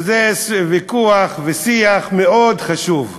וזה ויכוח ושיח מאוד חשוב,